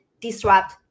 disrupt